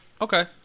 okay